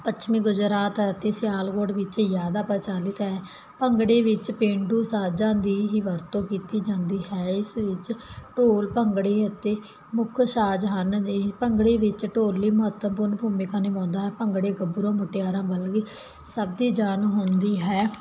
ਪੱਛਮੀ ਗੁਜਰਾਤ ਅਤੇ ਸਿਆਲਕੋਟ ਵਿੱਚ ਜ਼ਿਆਦਾ ਪ੍ਰਚਲਿਤ ਹੈ ਭੰਗੜੇ ਵਿੱਚ ਪੇਂਡੂ ਸਾਜਾਂ ਦੀ ਹੀ ਵਰਤੋਂ ਕੀਤੀ ਜਾਂਦੀ ਹੈ ਇਸ ਵਿੱਚ ਢੋਲ ਭੰਗੜੇ ਅਤੇ ਮੁੱਖ ਸਾਜ਼ ਹਨ ਅਤੇ ਭੰਗੜੇ ਵਿੱਚ ਢੋਲੀ ਮਹੱਤਵਪੂਰਨ ਭੂਮਿਕਾ ਨਿਭਾਉਂਦਾ ਹੈ ਭੰਗੜੇ ਗੱਭਰੂ ਮੁਟਿਆਰਾਂ ਬਲਕਿ ਸਭ ਦੀ ਜਾਨ ਹੁੰਦੀ ਹੈ